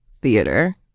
theater